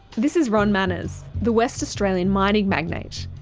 this is ron manners, the west australian mining magnate.